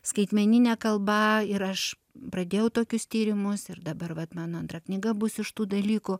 skaitmeninė kalba ir aš pradėjau tokius tyrimus ir dabar vat mano antra knyga bus iš tų dalykų